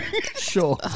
Sure